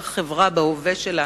כך חברה בהווה שלה